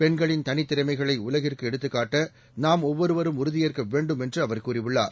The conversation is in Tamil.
பெண்களின் தனித்திறமைகளை உலகிற்கு எடுத்துக்காட்ட நாம் ஒவ்வொருவரும் உறுதியேற்க வேண்டும் என்று அவர் கூறியுள்ளார்